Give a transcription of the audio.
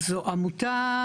זו עמותה